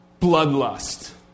bloodlust